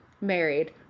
married